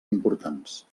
importants